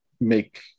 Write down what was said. make